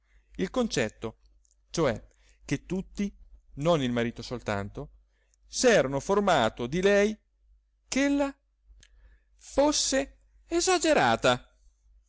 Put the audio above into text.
il concetto cioè che tutti non il marito soltanto s'erano formato di lei ch'ella fosse esagerata